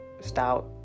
stout